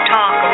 Talk